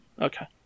Okay